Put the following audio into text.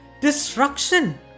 Destruction